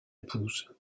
épouse